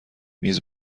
میز